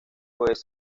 jueves